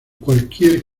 cualquier